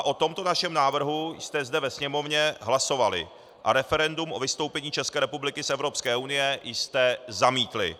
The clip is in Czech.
O tomto našem návrhu jste zde ve Sněmovně hlasovali a referendum o vystoupení České republiky z Evropské unie jste zamítli.